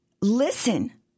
listen